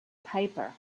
paper